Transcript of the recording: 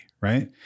right